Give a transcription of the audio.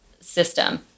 system